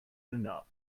enough